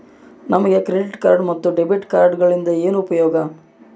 ನಮಗೆ credit card ಮತ್ತು debit ಕಾರ್ಡುಗಳಿಂದ ಏನು ಉಪಯೋಗ?